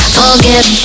forget